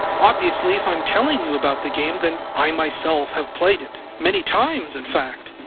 obviously, if i'm telling you about the game, then i myself have played it. many times, in fact.